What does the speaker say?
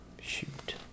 Shoot